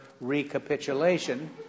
recapitulation